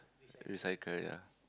recycle ya